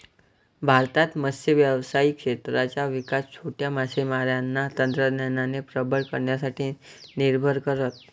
भारतात मत्स्य व्यावसायिक क्षेत्राचा विकास छोट्या मासेमारांना तंत्रज्ञानाने प्रबळ करण्यासाठी निर्भर करत